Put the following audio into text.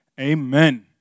Amen